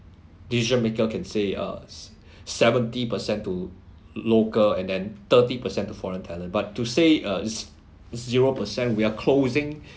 decision maker can say uh seventy percent to local and then thirty percent to foreign talent but to say uh zero percent we are closing